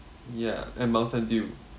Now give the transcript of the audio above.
ya and mountain dew